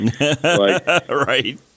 Right